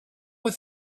with